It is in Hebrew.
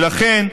ולכן,